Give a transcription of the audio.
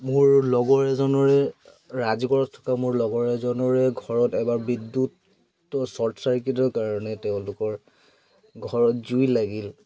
মোৰ লগৰ এজনৰে ৰাজগড়ত থকা মোৰ লগৰ এজনৰে ঘৰত এবাৰ বিদ্যুত শ্বৰ্ট চাৰ্কিটৰ কাৰণে তেওঁলোকৰ ঘৰত জুই লাগিল